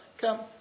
come